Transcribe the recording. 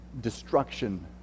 destruction